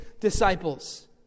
disciples